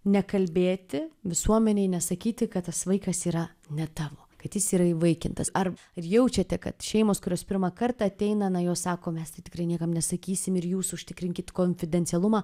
nekalbėti visuomenei nesakyti kad tas vaikas yra ne tavo kad jis yra įvaikintas ar ir jaučiate kad šeimos kurios pirmą kartą ateina na jos sako mes tai tikrai niekam nesakysim ir jūs užtikrinkit konfidencialumą